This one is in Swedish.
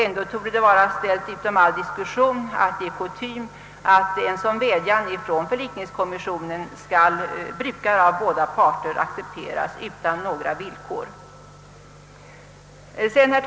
ändå torde det stå utom all diskussion att det är kutym att en sådan vädjan från en förlikningskommission villkorslöst accepteras av båda parter.